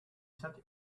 sat